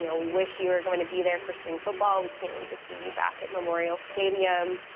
you know we wish you were going to be there for spring football. we can't wait to see you back at memorial stadium.